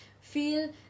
feel